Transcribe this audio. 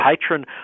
patron